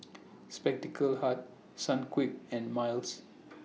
Spectacle Hut Sunquick and Miles